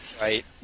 Right